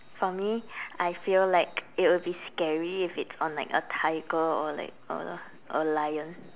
for me I feel like it will be scary if it's on like a tiger or like a a lion